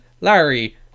Larry